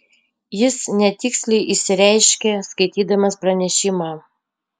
jis netiksliai išsireiškė skaitydamas pranešimą